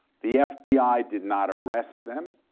the fbi did not arrest them,